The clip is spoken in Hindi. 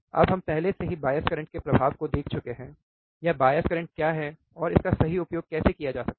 अब हम पहले से ही बायस करंट के प्रभाव को देख चुके हैं या बायस करंट क्या है और इसका सही उपयोग कैसे किया जा सकता है